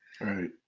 right